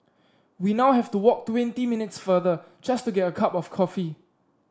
we now have to walk twenty minutes farther just to get a cup of coffee